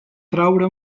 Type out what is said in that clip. traure